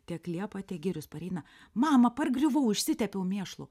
tiek liepa tiek girius pareina mama pargriuvau išsitepiau mėšlu